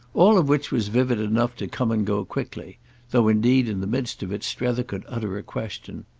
all of which was vivid enough to come and go quickly though indeed in the midst of it strether could utter a question.